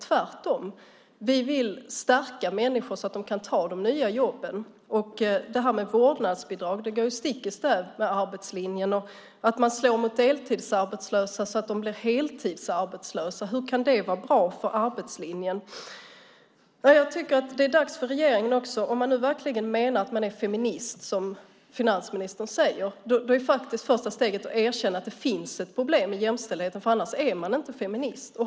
Tvärtom vill vi stärka människor så att de kan ta de nya jobben. Vårdnadsbidraget går stick i stäv med arbetslinjen. Man slår mot deltidsarbetslösa så att de blir heltidsarbetslösa. Hur kan det vara bra för arbetslinjen? Om man verkligen menar att man är feminist, som finansministern säger, är första steget att erkänna att det finns ett problem med jämställdheten. Annars är man inte feminist.